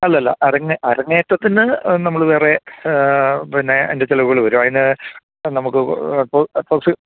അല്ലല്ല അരങ്ങേറ്റത്തിനു നമ്മള് വേറെ പിന്നെ അതിൻ്റെ ചെലവുകള് വരും അതിന് നമുക്ക് ഇപ്പോള്